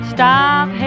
Stop